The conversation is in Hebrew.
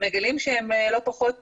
מגלים שהם לא פחות